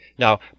Now